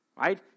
right